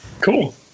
Cool